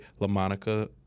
LaMonica